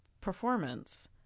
performance